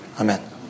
Amen